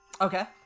Okay